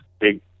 big